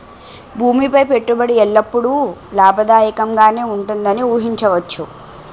భూమి పై పెట్టుబడి ఎల్లప్పుడూ లాభదాయకంగానే ఉంటుందని ఊహించవచ్చు